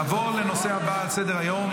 נעבור לנושא הבא על סדר-היום,